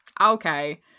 okay